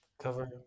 cover